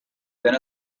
than